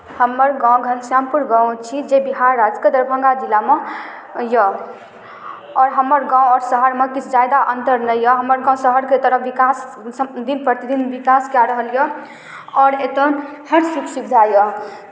हमर गाम घनश्यामपुर गाम छी जे बिहार राज्यके दरभंगा जिलामे यए आओर हमर गाम आओर शहरमे किछु ज्यादा अन्तर नहि यए हमर गाम शहरके तरह विकास स दिन प्रतिदिन विकास कए रहल यए आओर एतय हर सुख सुविधा यए